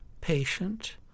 patient